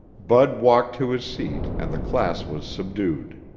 bud walked to his seat and the class was subdued.